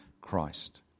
Christ